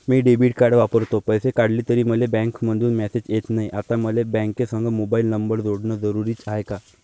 मी debit card वापरतो, पैसे काढले तरी मले बँकेमंधून मेसेज येत नाय, आता मले बँकेसंग मोबाईल नंबर जोडन जरुरीच हाय का?